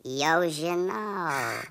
jau žinau